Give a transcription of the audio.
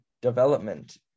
development